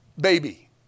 baby